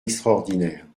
extraordinaire